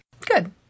Good